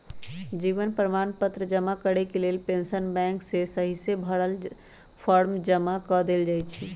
जीवन प्रमाण पत्र जमा करेके लेल पेंशन बैंक में सहिसे भरल फॉर्म जमा कऽ देल जाइ छइ